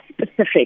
specific